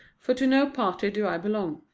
for to no party do i belong.